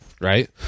right